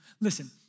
Listen